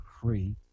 free